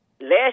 last